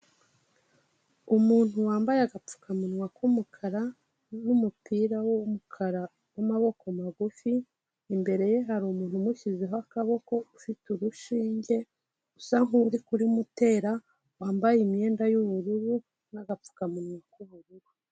Umuntu wambaye agapfukamunwa k'umukara n'umupira w'umukara w'amaboko magufi, imbere ye hari umuntu umushyizeho akaboko ufite urushinge usa nk'uri kurumutera wambaye imyenda y'ubururu n'agapfukamunwa k'ubururu.